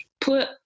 put